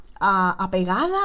apegada